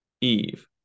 Eve